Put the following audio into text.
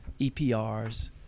EPRs